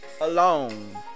alone